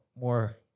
more